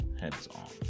heads-on